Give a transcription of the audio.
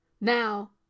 Now